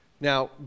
Now